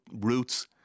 roots